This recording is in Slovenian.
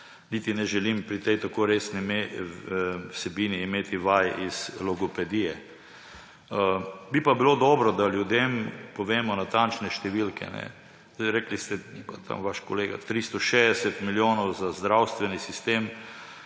niti ne želim pri tej tako resni vsebini imeti vaj iz logopedije. Bi pa bilo dobro, da ljudem povemo natančne številke. Rekli ste – in vaš kolega – 360 milijonov evrov za zdravstveni sistem.